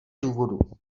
důvodů